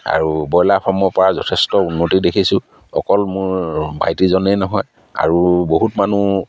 আৰু ব্ৰইলাৰ ফাৰ্মৰপৰা যথেষ্ট উন্নতি দেখিছোঁ অকল মোৰ ভাইটিজনেই নহয় আৰু বহুত মানুহ